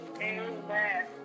Amen